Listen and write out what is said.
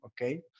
okay